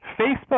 facebook